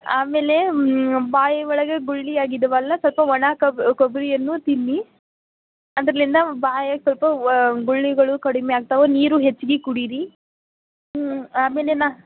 ಆಮೇಲೆ ಬಾಯಿ ಒಳಗೆ ಗುಳ್ಳೆ ಆಗಿದ್ವಲ್ಲ ಸ್ವಲ್ಪ ಒಣ ಕೊಬ್ ಕೊಬ್ಬರಿಯನ್ನು ತಿನ್ನಿ ಅದ್ರಲ್ಲಿಂದ ಬಾಯಾಗ ಸ್ವಲ್ಪ ಓ ಗುಳ್ಳೆಗಳು ಕಡಿಮೆ ಆಗ್ತಾವ ನೀರು ಹೆಚ್ಗೆ ಕುಡೀರಿ ಆಮೇಲೆ ನಾ